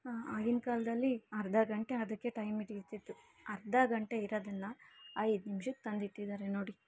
ಆಂ ಆಗಿನ ಕಾಲದಲ್ಲಿ ಅರ್ಧ ಗಂಟೆ ಅದಕ್ಕೇ ಟೈಮ್ ಹಿಡಿಯುತಿತ್ತು ಅರ್ಧ ಗಂಟೆ ಇರೋದನ್ನ ಐದು ನಿಮಿಷಕ್ ತಂದಿಟ್ಟಿದ್ದಾರೆ ನೋಡಿ